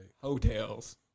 Hotels